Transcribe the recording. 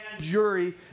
jury